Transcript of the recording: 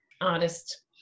artist